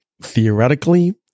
theoretically